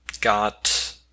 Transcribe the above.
got